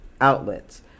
outlets